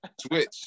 switch